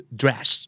dress